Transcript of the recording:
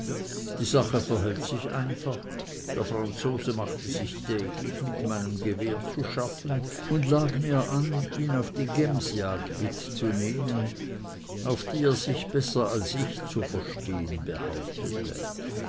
die sache verhält sich einfach der franzose machte sich täglich mit meinem gewehr zu schaffen und lag mir an ihn auf die gemsjagd mitzunehmen auf die er sich besser als ich zu verstehen behauptete